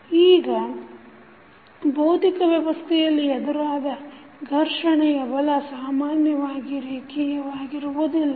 ಈಗ ಭೌತಿಕ ವ್ಯವಸ್ಥೆಯಲ್ಲಿ ಎದುರಾದ ಘರ್ಷಣೆಯ ಬಲ ಸಾಮಾನ್ಯವಾಗಿ ರೇಖಿಯವಾಗಿರುವುದಿಲ್ಲ